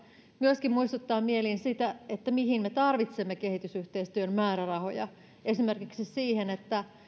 myöskin muistuttaa mieliin sitä mihin me tarvitsemme kehitysyhteistyön määrärahoja esimerkiksi siihen että